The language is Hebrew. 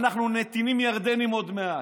אנחנו נתינים ירדניים עוד מעט,